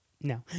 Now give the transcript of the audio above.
No